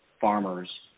farmers